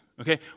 Okay